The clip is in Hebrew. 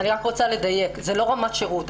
אני רק רוצה לדייק זו לא רמת שירות.